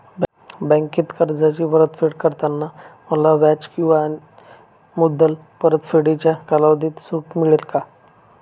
बँकेत कर्जाची परतफेड करताना मला व्याज किंवा मुद्दल परतफेडीच्या कालावधीत सूट मिळेल का?